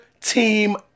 team